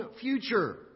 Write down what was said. future